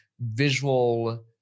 visual